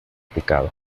picado